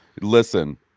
Listen